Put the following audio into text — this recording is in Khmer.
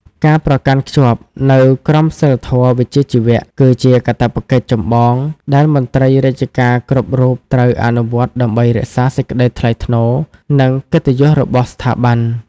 ការប្រកាន់ខ្ជាប់នូវក្រមសីលធម៌វិជ្ជាជីវៈ គឺជាកាតព្វកិច្ចចម្បងដែលមន្ត្រីរាជការគ្រប់រូបត្រូវអនុវត្តដើម្បីរក្សាសេចក្តីថ្លៃថ្នូរ និងកិត្តិយសរបស់ស្ថាប័ន។